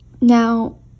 Now